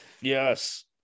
Yes